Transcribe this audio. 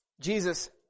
Jesus